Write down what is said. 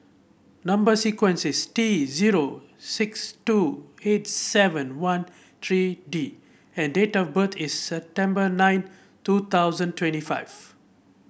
number sequence is T zero six two eight seven one three D and date of birth is September nine two thousand twenty five